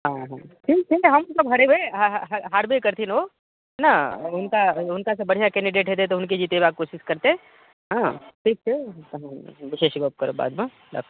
हँ हँ हमसभ हरेबै हारबे करथिन ओ ने हुनका हुनकासँ बढ़िआँ कैन्डिडेट होयतै तऽ हुनके जीतेबाक कोशिश करतै हँ ठीक छै पुछैत छी गप करब बादमे राखू